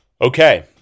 Okay